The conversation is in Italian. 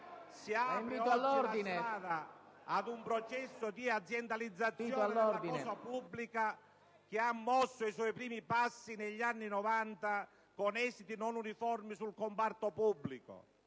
Si apre oggi la strada ad un processo di aziendalizzazione della cosa pubblica che ha mosso i suoi primi passi negli anni '90, con esiti non uniformi sul comparto pubblico.